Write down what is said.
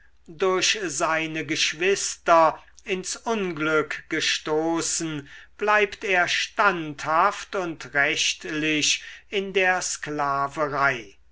durch seine geschwister ins unglück gestoßen bleibt er standhaft und rechtlich in der sklaverei